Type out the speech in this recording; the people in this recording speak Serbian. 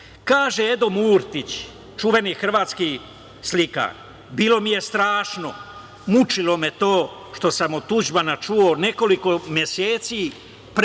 Kaže Edo Murtić, čuveni hrvatski slikar: "Bilo mi je strašno, mučilo me to što sam od Tuđmana čuo nekoliko meseci pre